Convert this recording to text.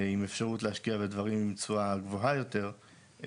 עם אפשרות להשקיע בדברים עם תשואה גבוהה יותר,